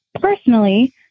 personally